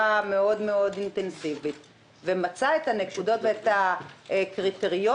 מאוד מאוד אינטנסיבית ומצאה את הנקודות ואת הקריטריונים,